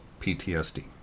ptsd